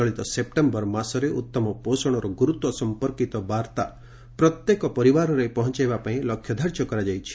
ଚଳିତ ସେପ୍ଟେମ୍ବର ମାସରେ ଉତ୍ତମ ପୋଷଣର ଗୁରୁତ୍ୱ ସଂପର୍କିତ ବାର୍ଭା ପ୍ରତ୍ୟେକ ପରିବାରରେ ପହଞ୍ଚାଇବା ପାଇଁ ଲକ୍ଷ୍ୟ ଧାର୍ଯ୍ୟ କରାଯାଇଛି